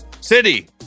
city